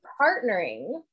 partnering